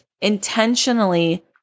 intentionally